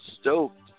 stoked